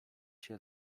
się